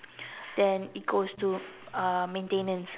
then it goes to uh maintenance